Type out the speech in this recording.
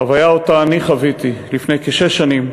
חוויה שאני חוויתי לפני כשש שנים,